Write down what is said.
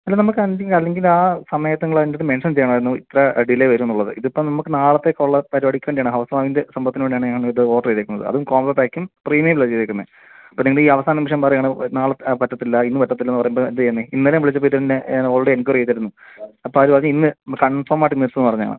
അല്ല നമുക്ക് അല്ലെങ്കിൽ അല്ലെങ്കിൽ ആ സമയത്ത് നിങ്ങൾ അത് എൻ്റെ അടുത്ത് മെൻഷൻ ചെയ്യണമായിരുന്നു ഇത്ര ഡിലേ വരും എന്നുള്ളത് ഇതിപ്പം നമുക്ക് നാളത്തേക്കുള്ള പരിപ്പാടിക്ക് വേണ്ടിയാണ് ഹൗസ് വാർമിങ്ങിൻ്റെ സംഭവത്തിന് വേണ്ടിയാണ് ഞാൻ ഇത് ഓർഡറ് ചെയ്തേക്കുന്നത് അതും കോംബോ പാക്കിങ് പ്രീമിയറിലാ ചെയ്തിരിക്കുന്നത് അപ്പോൾ നിങ്ങൾ ഈ അവസാന നിമിഷം പറയാണ് നാളെ പറ്റത്തില്ല ഇന്ന് പറ്റത്തില്ല എന്ന് പറയുമ്പോൾ എന്താ ചെയ്യുന്നേ ഇന്നലെയും വിളിച്ചപ്പോൾ ഇതുതന്നെ ഓൾറെഡി എൻക്വയർ ചെയ്തിരുന്നു അപ്പോൾ അവർ പറഞ്ഞ് ഇന്ന് കൺഫോം ആയിട്ട് ഇന്ന് എത്തും പറഞ്ഞത് ആണ്